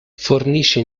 fornisce